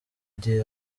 gihe